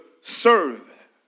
serve